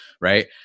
Right